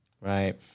Right